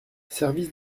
service